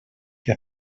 que